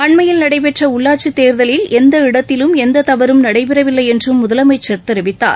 அண்மையில் நடைபெற்ற உள்ளாட்சித் தேர்தலில் எந்த இடத்திலும் எந்த தவறும் நடைபெறவில்லை என்றும் முதலமைச்சர் தெரிவித்தார்